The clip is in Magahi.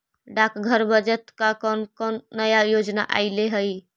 डाकघर बचत का कौन कौन नया योजना अइले हई